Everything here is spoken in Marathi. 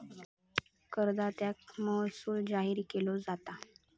करदात्याक महसूल जाहीर केलो जाता